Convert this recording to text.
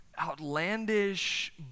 outlandish